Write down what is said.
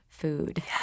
food